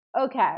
Okay